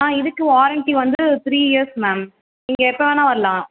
ஆ இதுக்கு வாரெண்ட்டி வந்து three years ma'am நீங்கள் எப்போ வேணுனா வரலாம்